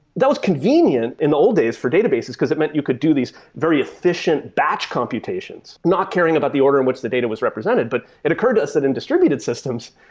that was convenient in the old days for databases because it meant you could do these very efficient batch computations. not caring about the order in which the data was represented, but it occurred to us that in distributed systems,